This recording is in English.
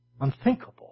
Unthinkable